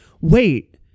wait